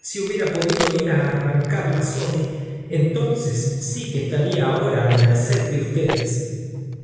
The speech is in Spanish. si hubiera podido ir á arrancarlas hoy entonces sí que estaría ahora á merced de ustedes